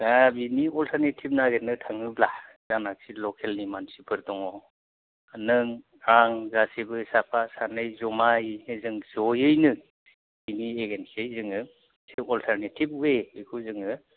दा बिनि अल्टारनेटिभ नागिरनो थाङोब्ला जायनोखि लखेलनि मानसिफोर दङ नों आं गासिबो साफा सानै जमायैनो जों जयैनो बिनि एगेन्सयै जोङो एसे अल्टारनेटिभ वे बेखौ जोङो